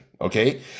okay